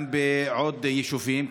גם בעוד יישובים.